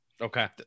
Okay